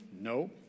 No